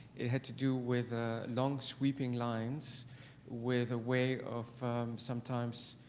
it had to do with ah long sweeping lines with a way of sometimes